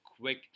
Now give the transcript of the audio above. quick